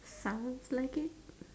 sounds like it